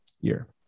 year